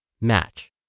match